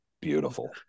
beautiful